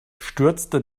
stürzte